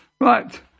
Right